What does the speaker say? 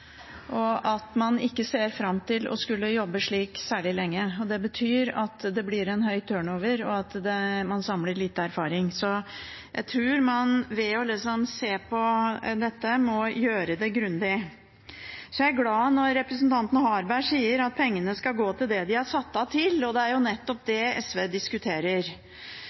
og at man ikke ser fram til å skulle jobbe slik særlig lenge. Det betyr at det blir en høy «turnover», og at man samler lite erfaring. Så jeg tror at hvis man ser på dette, må man gjøre det grundig. Så er jeg glad når representanten Harberg sier at pengene skal gå til det de er satt av til – og det er jo nettopp det SV diskuterer.